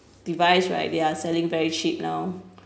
device right they are selling very cheap now